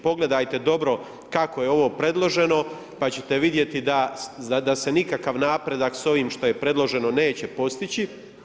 Pogledajte dobro kako je ovo predloženo, pa ćete vidjeti da se nikakav napredak sa ovim što je predloženo neće postići.